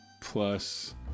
Plus